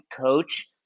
coach